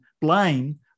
blame